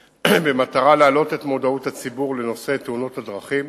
במטרה להעלות את מודעות הציבור לנושא תאונות הדרכים